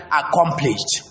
accomplished